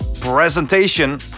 presentation